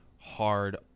hard